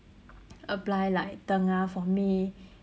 apply like tengah for may